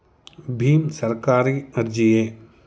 ಭೀಮ್ ಸರ್ಕಾರಿ ಅರ್ಜಿಯೇ?